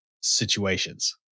situations